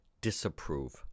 disapprove